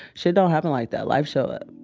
shit don't happen like that. life show up.